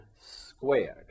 squared